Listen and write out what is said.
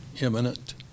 imminent